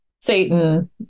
satan